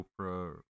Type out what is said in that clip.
Oprah